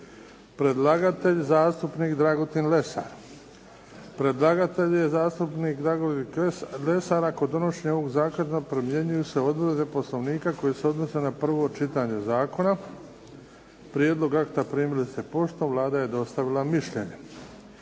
Predlagatelj: zastupnik Dragutin Lesar Predlagatelj je zastupnik Dragutin Lesar a kod donošenja ovog zakona primjenjuju se odredbe poslovnika koje se odnose na prvo čitanje zakona. Prijedlog akta primili ste poštom. Vlada je dostavila mišljenje.